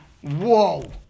Whoa